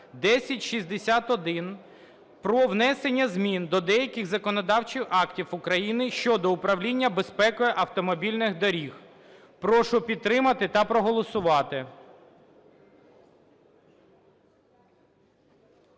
1061, про внесення змін до деяких законодавчих актів України щодо управління безпекою автомобільних доріг. Прошу підтримати та проголосувати.